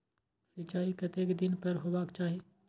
सिंचाई कतेक दिन पर हेबाक चाही?